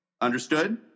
Understood